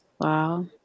wow